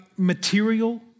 Material